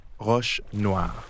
Roche-Noire